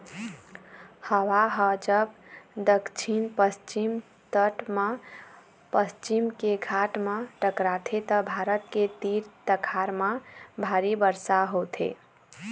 हवा ह जब दक्छिन पस्चिम तट म पश्चिम के घाट म टकराथे त भारत के तीर तखार म भारी बरसा होथे